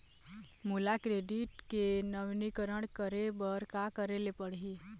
मोला क्रेडिट के नवीनीकरण करे बर का करे ले पड़ही?